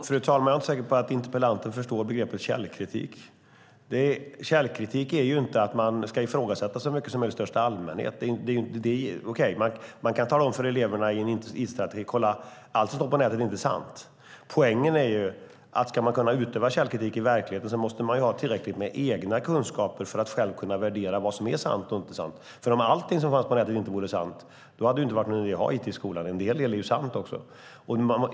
Fru talman! Jag är inte säker på att interpellationen förstår begreppet källkritik. Källkritik är inte att man ska ifrågasätta så mycket som möjligt i största allmänhet. Man kan förstås i en it-strategi tala om för eleverna att inte allt som står på nätet är sant. Men poängen är ju att om man ska kunna utöva källkritik i verkligheten så måste man ha tillräckligt med egna kunskaper för att själv kunna värdera vad som är sant och inte sant. Om allting som fanns på nätet inte vore sant, då hade det inte varit någon idé att ha it i skolan. En hel del är ju sant också.